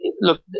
look